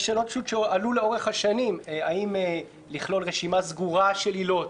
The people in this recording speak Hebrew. יש שאלות שעלו לאורך השנים: האם לכלול רשימה סגורה של עילות,